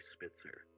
Spitzer